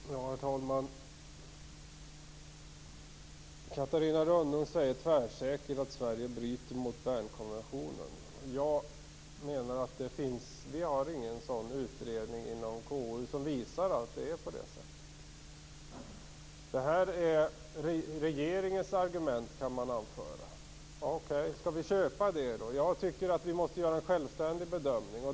Herr talman! Catarina Rönnung säger tvärsäkert att Sverige bryter mot Bernkonventionen. Jag menar att vi i KU inte har sett någon utredning som visar att det är på det sättet. Det här är regeringens argument, kan man anföra. Skall vi då köpa det? Jag tycker att vi måste göra en självständig bedömning.